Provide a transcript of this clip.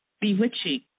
bewitching